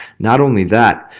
not only that,